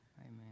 Amen